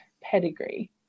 pedigree